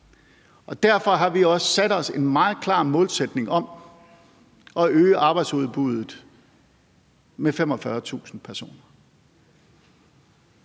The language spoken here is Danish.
Derfor har vi også sat os en meget klar målsætning om at øge arbejdsudbuddet med 45.000 personer.